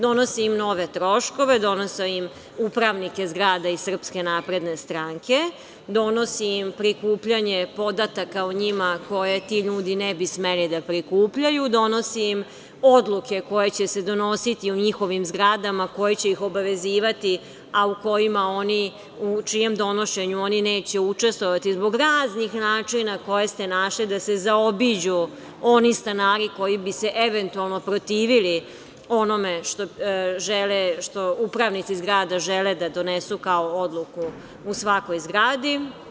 Donosi im nove troškove, donosi im upravnike zgrada iz Srpske napredne stranke, donosi im prikupljanje podataka o njima koje ti ljudi ne bi smeli da prikupljaju, donosi im odluke koje će se donositi u njihovim zgradama koje će ih obavezivati, a u čijem donošenju oni neće učestvovati zbog raznih način koje ste našli da se zaobiđu oni stanari koji bi se eventualno protivili onome što upravnici zgrada žele da donesu kao odluku u svakoj zgradi.